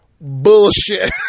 bullshit